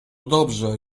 dobrze